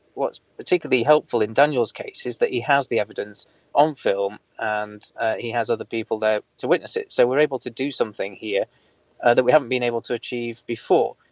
what's particularly helpful in daniel's case is that he has the evidence on film and he has other people there to witness it. so, we're able to do something here that we haven't been able to achieve before,